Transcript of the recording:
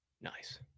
Nice